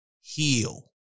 heal